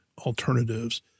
alternatives